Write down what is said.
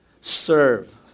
serve